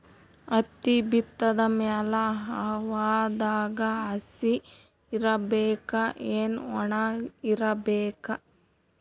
ಹತ್ತಿ ಬಿತ್ತದ ಮ್ಯಾಲ ಹವಾದಾಗ ಹಸಿ ಇರಬೇಕಾ, ಏನ್ ಒಣಇರಬೇಕ?